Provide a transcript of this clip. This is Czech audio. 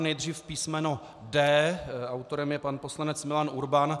Nejdřív písmeno D. Autorem je pan poslanec Milan Urban.